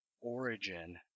origin